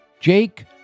Jake